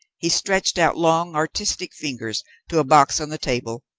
he stretched out long artistic fingers to a box on the table,